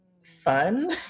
Fun